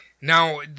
Now